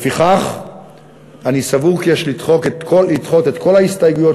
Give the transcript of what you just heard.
לפיכך אני סבור כי יש לדחות את כל ההסתייגויות